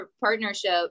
partnership